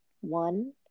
one